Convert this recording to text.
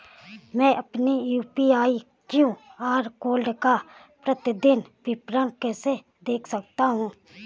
मैं अपनी UPI QR code का प्रतीदीन विवरण कैसे देख सकता हूँ?